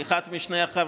כאחד משני החברים,